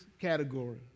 category